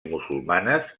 musulmanes